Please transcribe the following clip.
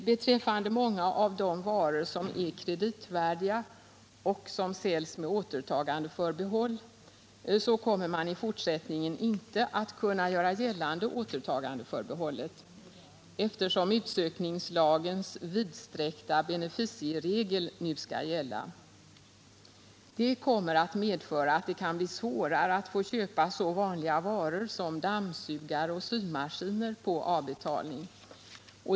Beträffande många av de varor som är kreditvärdiga och som säljs med återtagandeförbehåll kommer man i fortsättningen inte att kunna göra gällande återtagandeförbehållet, eftersom utsökningslagens vidsträckta beneficeregel nu skall gälla. Det kommer att medföra att det kan bli svårare att köpa så vanliga varor som dammsugare och symaskiner på avbetalning.